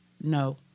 no